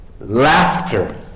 Laughter